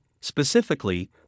specifically